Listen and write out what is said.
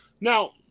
Now